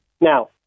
Now